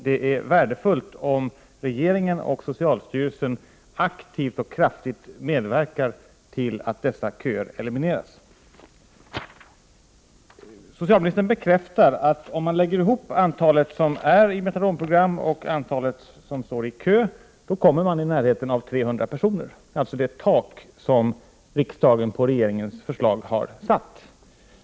Det är värdefullt om regeringen och socialstyrelsen aktivt och kraftigt medverkar till att dessa köer elimineras. Socialministern bekräftar att om man lägger ihop det antal personer som är i metadonprogram med det antal som står i kö så kommer man i närheten av 300 personer, alltså det tak som riksdagen på regeringens förslag har satt.